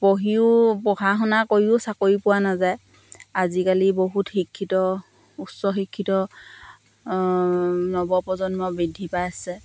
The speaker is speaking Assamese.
পঢ়িও পঢ়া শুন কৰিও চাকৰি পোৱা নাযায় আজিকালি বহুত শিক্ষিত উচ্চ শিক্ষিত নৱপ্ৰজন্ম বৃদ্ধি পাইছে